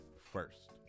first